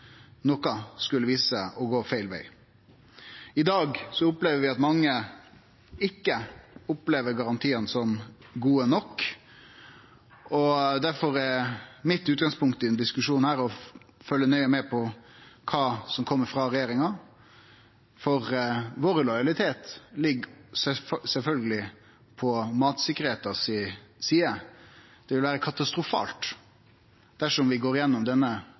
noko skulle vise seg å gå feil veg. I dag opplever vi at mange ikkje synest garantiane er gode nok. Derfor er utgangspunktet mitt i denne diskusjonen å følgje nøye med på kva som kjem frå regjeringa, for lojaliteten vår ligg sjølvsagt på matsikkerheita si side. Det vil vere katastrofalt dersom vi går gjennom denne